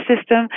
system